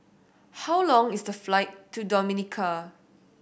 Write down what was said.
how long is the flight to Dominica